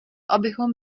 abychom